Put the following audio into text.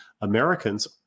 Americans